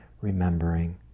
remembering